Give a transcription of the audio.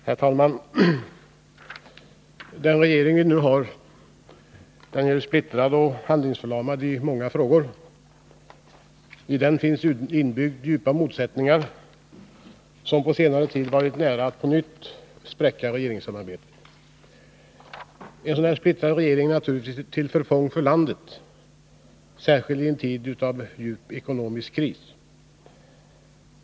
Herr talman! Den regering vi nu har är splittrad och handlingsförlamad i många frågor, och i den finns inbyggda djupa motsättningar, som på senare tid varit nära att på nytt spräcka regeringssamarbetet. En så splittrad regering är naturligtvis till förfång för landet, särskilt i en tid av djup ekonomisk kris.